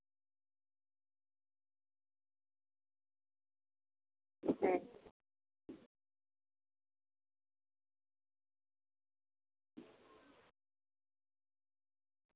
ᱦᱮᱸ